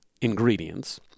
ingredients